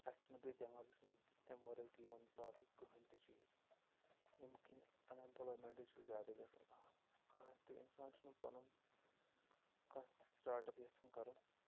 اَسہِ چھُنہٕ بیٚیہِ دٮ۪ماغَس منٛز اَمہِ وَرٲے تہِ یِوان باقٕے کٕہۭنۍ تہِ چیٖز ییٚمۍ کِنہِ اَن اٮ۪مپٕلایمٮ۪نٛٹٕے چھُ زیادٕ گژھان ہہ کانٛہہ تہِ اِنسان چھُنہٕ پَنُن کانٛہہ تہِ سِٹاٹ اَپ یَژھان کَرُن